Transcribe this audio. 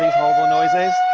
horrible noises.